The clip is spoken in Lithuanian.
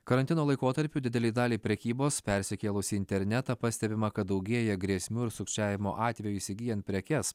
karantino laikotarpiu didelei daliai prekybos persikėlus į internetą pastebima kad daugėja grėsmių ir sukčiavimo atvejų įsigyjant prekes